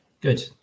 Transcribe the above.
good